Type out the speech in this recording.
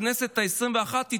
בכנסת העשרים-ואחת,